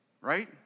Right